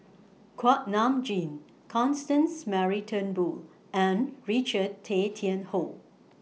Kuak Nam Jin Constance Mary Turnbull and Richard Tay Tian Hoe